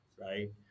right